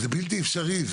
זה בלתי אפשרי,